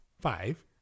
Five